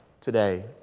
today